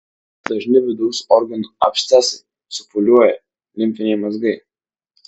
dažni vidaus organų abscesai supūliuoja limfiniai mazgai